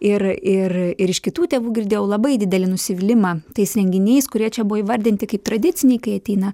ir ir ir iš kitų tėvų girdėjau labai didelį nusivylimą tais renginiais kurie čia buvo įvardinti kaip tradiciniai kai ateina